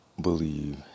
believe